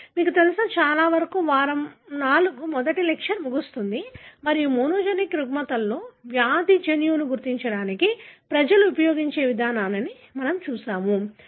కాబట్టి మీకు తెలుసా చాలా వరకు వారం IV మొదటి లెక్చర్ ముగుస్తుంది మరియు మోనోజెనిక్ రుగ్మతలలో వ్యాధి జన్యువును గుర్తించడానికి ప్రజలు ఉపయోగించే విధానాన్ని మనము చూశాము